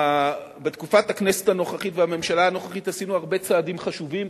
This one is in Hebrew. בתקופת הכנסת הנוכחית והממשלה הנוכחית עשינו הרבה צעדים חשובים,